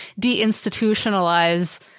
deinstitutionalize